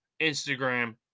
Instagram